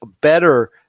better